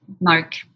Mark